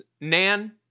Nan